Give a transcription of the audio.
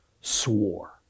swore